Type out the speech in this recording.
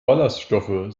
ballaststoffe